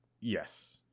Yes